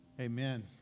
amen